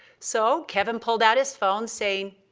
so kevin pulled out his phone, saying,